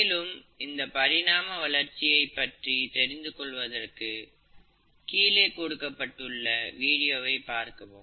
மேலும் இந்த பரிணாம வளர்ச்சியைப் பற்றியும் தெரிந்துகொள்வதற்கு கீழே கொடுக்கப்பட்டுள்ள வீடியோவை பார்க்கவும்